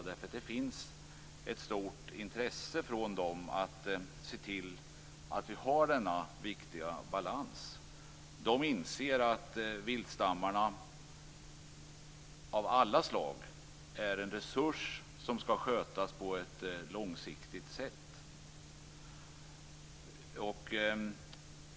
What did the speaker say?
Det finns ett stort intresse hos dem att se till att vi har denna viktiga balans. De inser att viltstammar av alla slag är en resurs som skall skötas på ett långsiktigt sätt.